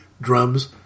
drums